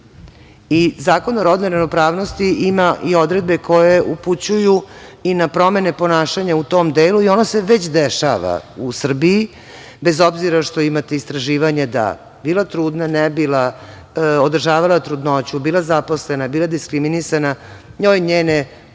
Zakon o rodnoj ravnopravnosti ima i odredbe koje upućuju i na promene ponašanja u tom delu i ono se već dešava u Srbiji, bez obzira što imate istraživanje da bila trudna, ne bila, održavala trudnoću, bila zaposlena, bila diskriminisana, njoj njene obaveze